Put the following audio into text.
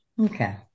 Okay